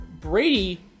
Brady